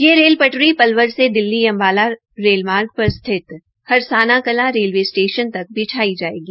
यह रेल पटरी पलवल से दिल्ली अम्बाला रेलमार्ग पर स्थित हरसाना कलां रेलवे स्टेशन तक बिछाइ जायेगी